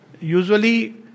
usually